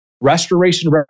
Restoration